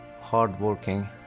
hardworking